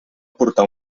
portar